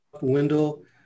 window